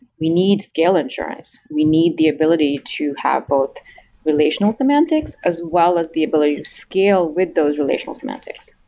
we need scale insurance. we need the ability to have both relational semantics as well as the ability to scale with those relational semantics.